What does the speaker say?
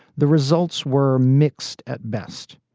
the results were mixed at best.